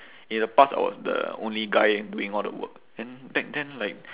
in the past I was the only guy doing all the work then back then like